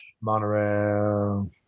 monorail